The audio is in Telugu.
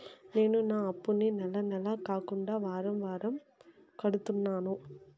నేను నా అప్పుని నెల నెల కాకుండా వారం వారం కడుతున్నాను